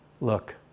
Look